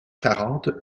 quarante